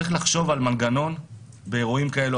צריך לחשוב על מנגנון באירועים כאלה.